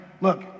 look